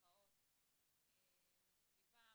מסביבם.